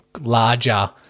larger